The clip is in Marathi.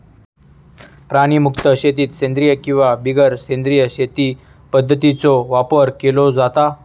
प्राणीमुक्त शेतीत सेंद्रिय किंवा बिगर सेंद्रिय शेती पध्दतींचो वापर केलो जाता